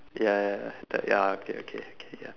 ya ya ya ya the ya okay okay okay ya